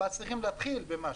אבל צריכים להתחיל במשהו.